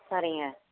சரிங்க